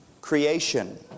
creation